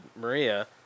Maria